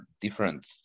different